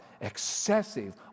excessive